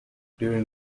during